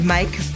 Mike